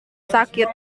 sakit